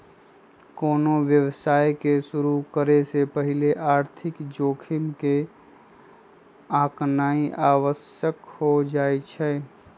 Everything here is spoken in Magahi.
कोनो व्यवसाय के शुरु करे से पहिले आर्थिक जोखिम के आकनाइ आवश्यक हो जाइ छइ